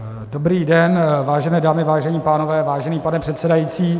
Dobrý den, vážené dámy, vážení pánové, vážený pane předsedající.